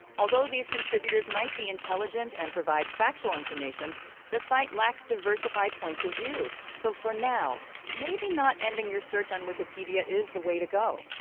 although these contributors might be intelligent and provide factual information the site lacks diversified points of view so for now maybe not ending your search on wikipedia is the way to go.